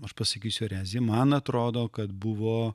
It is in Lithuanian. aš pasakysiu ereziją man atrodo kad buvo